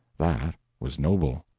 that was noble.